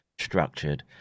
structured